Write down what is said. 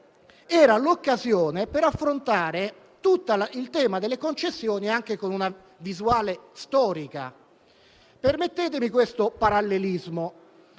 era l'occasione per affrontare il tema delle concessioni anche con una visuale storica. Permettetemi questo parallelismo: